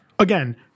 Again